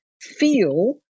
feel